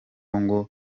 ngo